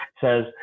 says